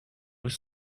was